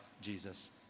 Jesus